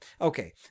Okay